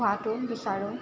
হোৱাটো বিচাৰোঁ